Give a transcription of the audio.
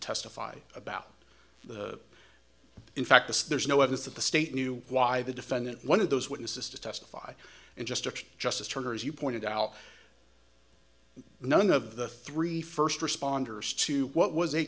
testify about the in fact this there's no evidence that the state knew why the defendant one of those witnesses to testify and just justice turner as you pointed out none of the three first responders to what was